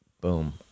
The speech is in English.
Boom